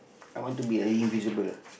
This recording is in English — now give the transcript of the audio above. I want to be a invisible ah